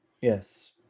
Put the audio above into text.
Yes